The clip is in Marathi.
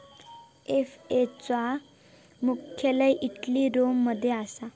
एफ.ए.ओ चा मुख्यालय इटलीत रोम मध्ये असा